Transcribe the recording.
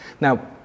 Now